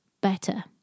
better